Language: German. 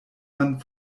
man